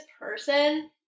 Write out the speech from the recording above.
person